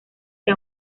que